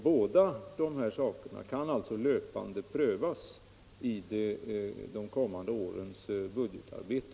Båda dessa frågor kan alltså löpande prövas i de kommande årens budgetarbete.